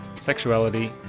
sexuality